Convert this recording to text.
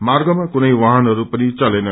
मार्गमा कुनै वाहनहरू पनि चलेन